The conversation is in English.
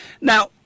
Now